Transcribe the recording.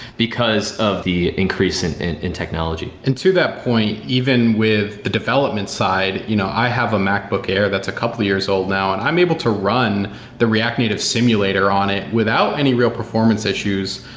because of the increase in in technology and to that point, even with the development side, you know i have a macbook air that's a couple years old now and i'm able to run the react native simulator on it without any real performance issues.